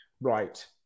Right